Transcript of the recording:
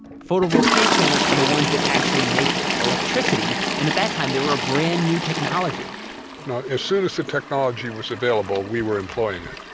photovoltaic panels are the ones that actually make electricity and at that time there were a brand new technology as soon as the technology was available, we were employing it.